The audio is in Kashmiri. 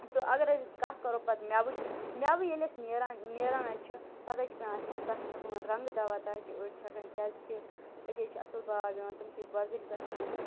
تہٕ اگر حظ أسۍ کَتھ کَرو پتہٕ میٚوٕچ میٚوٕ ییٚلہِ اسہِ نیران نیران حظ چھُ پتہٕ حظ چھُ پیٚوان اسہِ تتھ چھَکُن رنٛگہٕ دوا تہٕ حظ چھِ أڑۍ چھَکان کیٛازِکہِ أتی حظ چھُ اصٕل باغ یِوان تِم چھِ وۄزٕلۍ گَژھان تہٕ